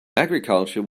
agriculture